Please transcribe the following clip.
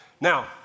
Now